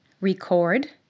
record